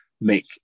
make